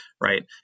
right